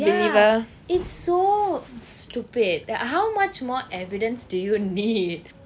ya it's so stupid that how much more evidence do you need